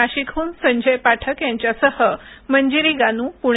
नाशिकहून संजय पाठक यांच्यासह मंजिरी गानू पुणे